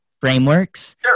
frameworks